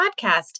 podcast